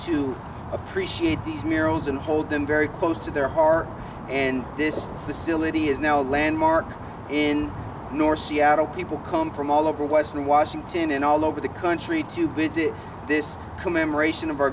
to appreciate these miracles and hold them very close to their heart and this facility is now a landmark in north seattle people come from all over western washington and all over the country to visit this commemoration of our